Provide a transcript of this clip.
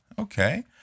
Okay